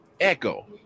Echo